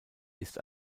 ist